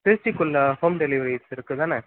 திருச்சிக்குள்ளே home deliveries இருக்கு தானே